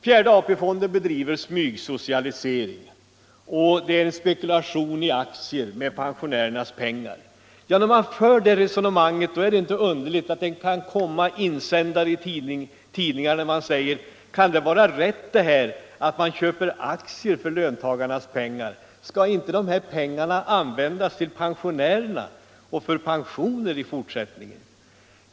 Fjärde AP-fonden bedriver smygsocialisering och det är en spekulation i aktier med pensionärernas pengar, påstår ni. När ni för det resonemanget är det inte underligt att det kan komma insändare i tidningarna med frågan: Kan det vara rätt att man köper aktier för löntagarnas pengar? Skall inte de pengarna användas till pensioner?